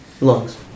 Lungs